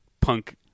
punk